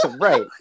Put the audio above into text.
right